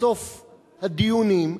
בסוף הדיונים,